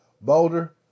Boulder